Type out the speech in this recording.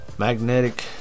magnetic